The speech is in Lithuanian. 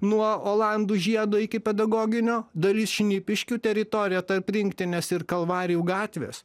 nuo olandų žiedo iki pedagoginio dalis šnipiškių teritorija tarp rinktinės ir kalvarijų gatvės